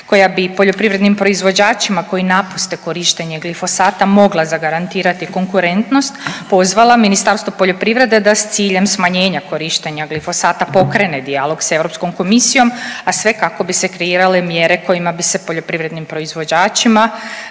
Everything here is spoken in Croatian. koja bi poljoprivrednim proizvođačima koji napuste korištenje glifosata mogla zagarantirati konkurentnost, pozvala Ministarstvo poljoprivrede da s ciljem smanjenja korištenja glifosata pokrene dijalog sa Europskom komisijom, a sve kako bi se kreirale mjere kojima bi se poljoprivrednim proizvođačima